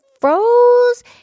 froze